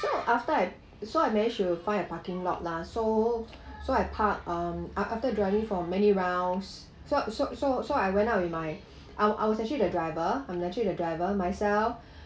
so after I so I managed to find a parking lot lah so so I park um after driving for many rounds so so so I went out with my I was I was actually the driver I'm actually the driver myself